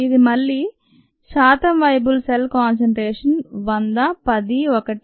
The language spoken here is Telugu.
ఇది మళ్లీ శాతం వయబుల్ సెల్ కాన్సంట్రేషన్ 100 10 1 0